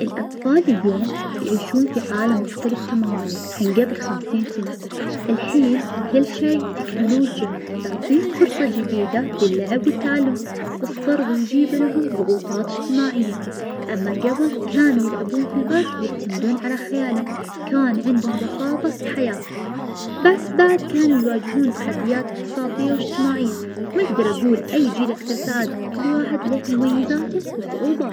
الأطفال اليون يعيشون في عالم مختلف تماماً عن قبل خمسين سنة, الحين كل شي التكنولوجيا تعطيه فرصة جديدة للعب والتعلم, بس برضه بيجيب لهم ضغوطات إجتماعية, أما قبل كانوا يلعبون في البر ويعتمدون على خيالهم, كان عندهم بساطة في الحياة بس بعد كانوا يواجهون تحديات اقتصادية واجتماعية, ما أقدر أقول أي جيل أكثر سعادة, كل واحد ليه مميزاته وصعوباته.